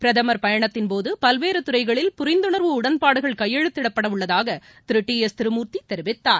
பிரதமர் பயணத்தின்போது பல்வேறுத் துறைகளில் புரிந்துணர்வு உடன்பாடுகள் கையெழுத்திடப்படவுள்ளதாக திரு டி எஸ் திருமூர்த்தி தெரிவித்தார்